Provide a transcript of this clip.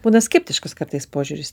būna skeptiškas kartais požiūris